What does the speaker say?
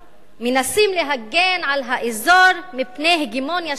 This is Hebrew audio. מנסים להגן על האזור מפני הגמוניה שיעית.